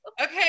Okay